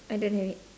I don't have it